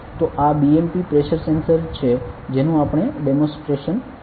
તો આ BMP pressure sensor છે જેનુ આપણે ડેમોન્સ્ટરટ કરીશું